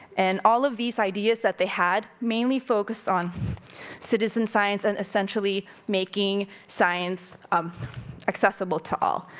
and all of these ideas that they had, mainly focused on citizen science and essentially making science accessible to all.